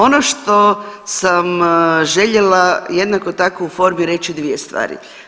Ono što sam željela jednako tako u formi reći dvije stvari.